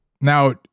Now